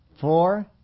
Four